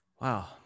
Wow